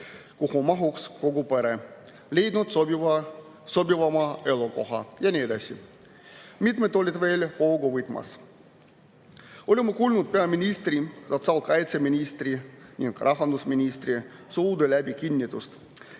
kuhu mahuks kogu pere, leidnud sobivama elukoha ja nii edasi. Mitmed olid veel hoogu võtmas. Oleme kuulnud peaministri, sotsiaalkaitseministri ning rahandusministri suude läbi kinnitust,